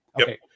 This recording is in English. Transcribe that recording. okay